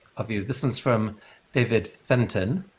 of you. this one is from david fenton.